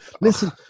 listen